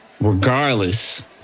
Regardless